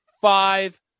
Five